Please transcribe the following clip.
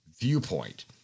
Viewpoint